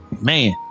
man